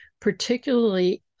particularly